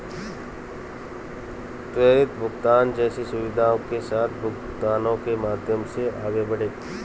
त्वरित भुगतान जैसी सुविधाओं के साथ भुगतानों के माध्यम से आगे बढ़ें